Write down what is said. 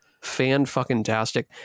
Fan-fucking-tastic